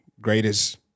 greatest